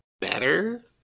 better